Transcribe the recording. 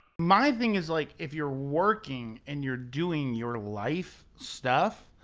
my thing is like if you're working and you're doing your life stuff,